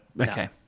Okay